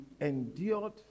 endured